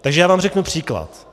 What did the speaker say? Takže já vám řeknu příklad.